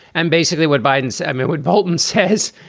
and basically what biden said it would, bolton says,